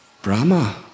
Brahma